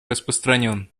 распространен